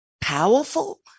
powerful